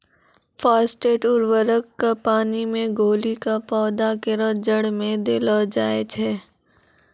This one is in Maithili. फास्फेट उर्वरक क पानी मे घोली कॅ पौधा केरो जड़ में देलो जाय छै